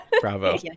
Bravo